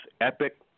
Epic